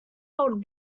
old